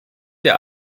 der